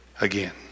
again